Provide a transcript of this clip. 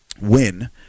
win